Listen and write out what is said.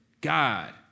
God